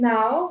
Now